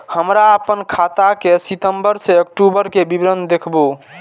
हमरा अपन खाता के सितम्बर से अक्टूबर के विवरण देखबु?